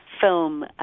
film